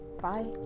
Bye